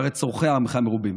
שהרי צורכי עמך מרובים.